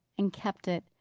and kept it.